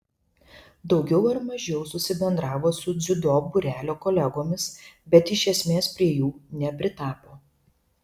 daugiau ar mažiau susibendravo su dziudo būrelio kolegomis bet iš esmės prie jų nepritapo